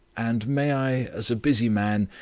and may i, as a busy man,